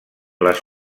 les